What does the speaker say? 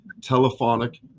telephonic